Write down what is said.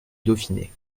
dauphiné